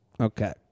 Okay